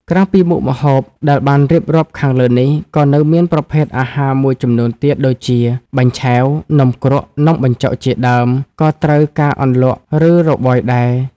ក្រៅពីមុខម្ហូបដែលបានរៀបរាប់ខាងលើនេះ ក៏នៅមានប្រភេទអាហារមួយចំនួនទៀត ដូចជា បាញ់ឆែវ នំគ្រក់ នំបញ្ជុក ជាដើម ក៏ត្រូវការអន្លក់ ឬរបោយដែរ។